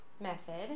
method